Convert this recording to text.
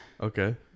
Okay